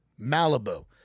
Malibu